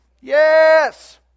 Yes